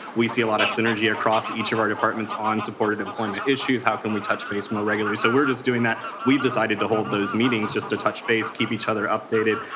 we see a lot of synergy across each of our departments on supported employment issues. how can we touch base more regularly? so we are just doing that. we have decided to hold those meetings just to touch base, keep each other updated.